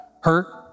hurt